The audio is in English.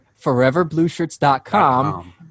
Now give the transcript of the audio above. ForeverBlueShirts.com